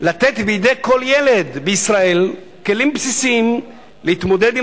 לתת בידי כל ילד בישראל כלים בסיסיים להתמודד עם